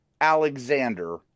Alexander